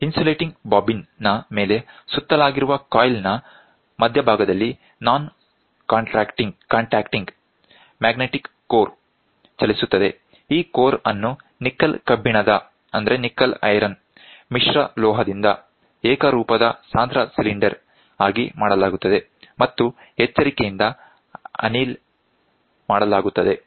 insulating bobbin ನ ಮೇಲೆ ಸುತ್ತಲಾಗಿರುವ ಕಾಯಿಲ್ ನ ಮಧ್ಯಭಾಗದಲ್ಲಿ ನಾನ್ ಕಾಂಟ್ಯಾಕ್ಟಿಂಗ್ ಮ್ಯಾಗ್ನೆಟಿಕ್ ಕೋರ್ ಚಲಿಸುತ್ತದೆ ಈ ಕೋರ್ ಅನ್ನು ನಿಕ್ಕಲ್ ಕಬ್ಬಿಣದ ಮಿಶ್ರಲೋಹದಿಂದ ಏಕರೂಪದ ಸಾಂದ್ರ ಸಿಲಿಂಡರ್ ಆಗಿ ಮಾಡಲಾಗುತ್ತದೆ ಮತ್ತು ಎಚ್ಚರಿಕೆಯಿಂದ ಅನೆಲ್ ಮಾಡಲಾಗುತ್ತದೆ